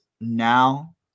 now